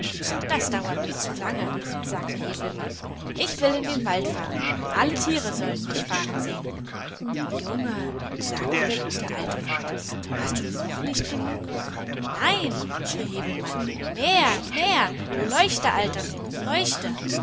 das dauert mir zu lange sagte häwelmann ich will in den wald fahren alle tiere sollen mich fahren sehen junge sagte der gute alte mond hast du noch nicht genug nein schrie häwelmann mehr mehr leuchte alter mond leuchte